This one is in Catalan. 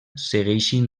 segueixin